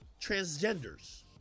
Transgenders